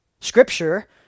scripture